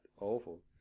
awful